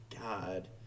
God